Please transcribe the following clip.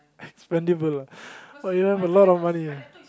expendable you have a lot of money